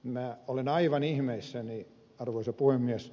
minä olen aivan ihmeissäni arvoisa puhemies